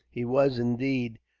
he was, indeed,